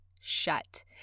shut